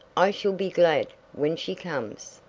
i shall be glad when she comes.